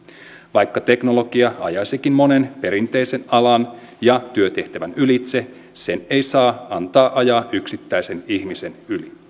vaikka teknologia ajaisikin monen perinteisen alan ja työtehtävän ylitse sen ei saa antaa ajaa yksittäisen ihmisen yli